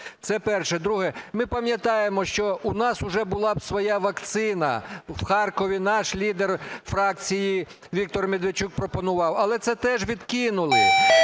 Це перше. Друге. Ми пам'ятаємо, що у нас уже була б свою вакцина в Харкові. Наш лідер фракції Віктор Медведчук пропонував, але це теж відкинули.